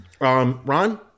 ron